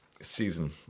season